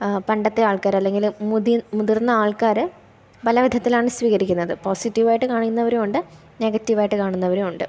പണ്ടത്തെ ആൾക്കാർ അല്ലെങ്കിൽ മുതിർന്ന ആൾക്കാർ പല വിധത്തിലാണ് സ്വീകരിക്കുന്നത് പോസിറ്റീവ് ആയിട്ട് കാണുന്നവരും ഉണ്ട് നെഗറ്റീവ് ആയിട്ട് കാണുന്നവരും ഉണ്ട്